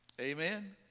Amen